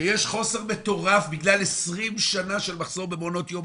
שיש חוסר מטורף בגלל 20 שנה של מחסור במעונות יום.